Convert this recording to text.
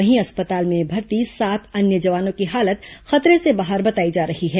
वहीं अस्पताल में भर्ती सात अन्य जवानों की हालत खतरे से बाहर बताई जा रही है